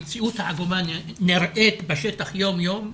המציאות העגומה נראית בשטח יום-יום.